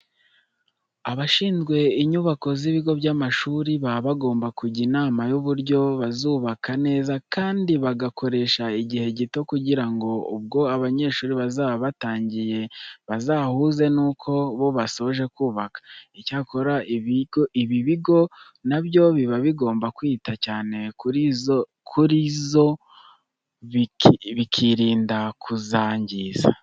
Abashinzwe inyubako z'ibigo by'amashuri, baba bagomba kujya inama y'uburyo bazubaka neza kandi bagakoresha igihe gito kugira ngo ubwo abanyeshuri bazaba batangiye bazahuze nuko bo basoje kubaka. Icyakora, ibi bigo na byo biba bigomba kwita cyane kuri zo bikirinda kuzangiza.